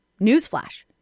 Newsflash